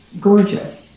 gorgeous